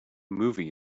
movie